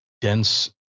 dense